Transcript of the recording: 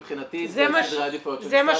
מבחינתי זה בסדרי העדיפויות של משרד הרווחה.